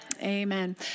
amen